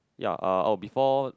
ya uh oh before